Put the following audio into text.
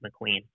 McQueen